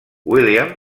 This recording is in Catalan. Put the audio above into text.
william